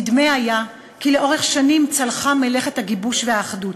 נדמה היה כי לאורך השנים צלחה מלאכת הגיבוש והאחדות,